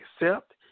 accept